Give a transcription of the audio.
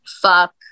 fuck